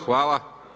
Hvala.